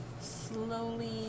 slowly